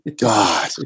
god